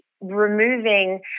removing